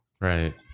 Right